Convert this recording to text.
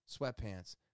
sweatpants